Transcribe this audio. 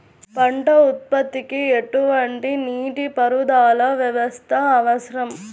పంట ఉత్పత్తికి ఎటువంటి నీటిపారుదల వ్యవస్థ అవసరం?